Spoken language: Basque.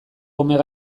omega